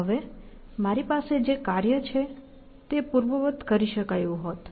હવે મારી પાસે જે કાર્ય છે તે પૂર્વવત્ કરી શકાયું હોત